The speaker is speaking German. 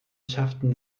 schafften